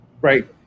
Right